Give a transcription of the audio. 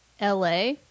LA